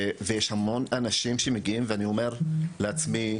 יש המון אנשים שמגיעים ואני אומר לעצמי,